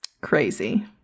Crazy